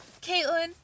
Caitlin